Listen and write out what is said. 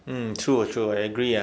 mm true true I agree ah